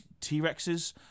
T-Rexes